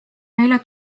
neile